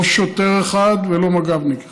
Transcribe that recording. לא שוטר אחד ולא מג"בניק אחד.